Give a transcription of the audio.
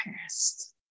past